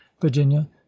virginia